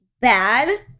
bad